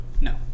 No